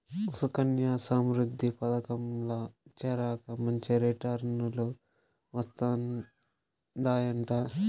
సుకన్యా సమృద్ధి పదకంల చేరాక మంచి రిటర్నులు వస్తందయంట